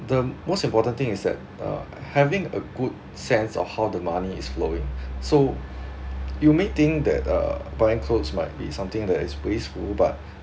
the most important thing is that uh having a good sense of how the money is flowing so you may think that uh buying cloths might be something that is wasteful but